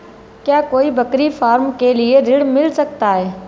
क्या कोई बकरी फार्म के लिए ऋण मिल सकता है?